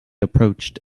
approached